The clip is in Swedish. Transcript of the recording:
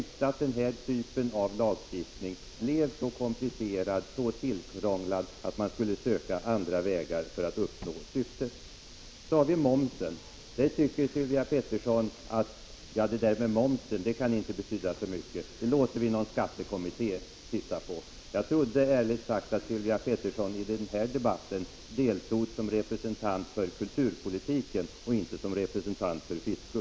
Verket ansåg att den här typen av lagstiftning blev så komplice 12 december 1985 rad och tillkrånglad att man borde söka andra vägar för att uppnå syftet. RE fn eg g Ppr ev Skydd mot utförsel av När det gäller momsen anser Sylvia Pettersson att den frågan inte kan TR betyda så mycket — den saken bör enligt Sylvia Pettersson någon skattekom Vissa äldre kulturföremål mitté se över. Jag trodde ärligt talat att Sylvia Pettersson deltog i denna debatt som representant för kulturpolitiken och inte som representant för fiskus.